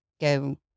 go